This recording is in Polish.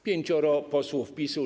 Pięcioro Posłów PiS-u!